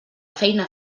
feina